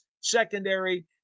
secondary